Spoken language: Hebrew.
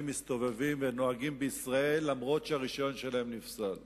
אנחנו ממשיכים: הצעת חוק פ/851,